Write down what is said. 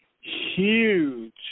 huge